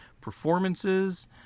performances